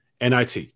NIT